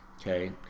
okay